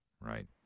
right